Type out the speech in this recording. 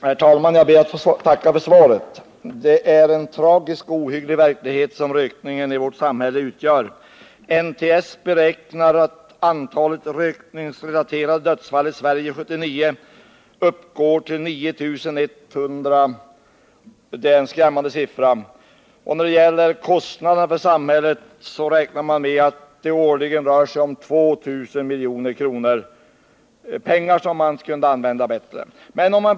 Herr talman! Jag ber att få tacka för svaret. Det är en tragisk och ohygglig verklighet som rökningen i vårt samhälle utgör. NTS beräknar att antalet rökningsrelaterade dödsfall i Sverige år 1979 uppgår till 9 100. Det är en skrämmande siffra. Kostnaderna för samhället beräknas till 2 miljarder kronor årligen, pengar som kunde användas bättre.